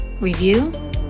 review